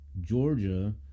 Georgia